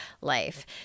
life